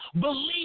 believe